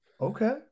Okay